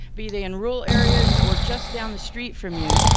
be they in rural areas or just down the street from you.